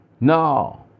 No